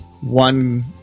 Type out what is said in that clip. One